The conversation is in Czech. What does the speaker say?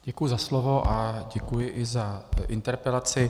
Děkuji za slovo a děkuji i za interpelaci.